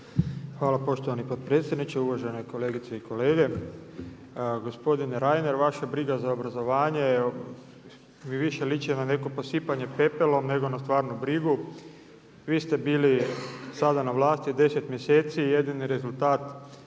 Hvala poštovani potpredsjedniče, uvažene kolegice i kolege. Gospodine Reiner vaša briga za obrazovanje mi više liči na neko posipanje pepelom nego na stvarnu brigu. Vi ste bili sada na vlasti 10 mjeseci i jedini rezultat